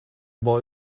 boy